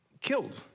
killed